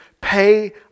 pay